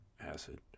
acid